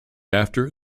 after